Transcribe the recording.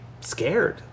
scared